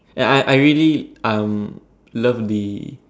yeah I I I really um love the